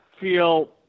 feel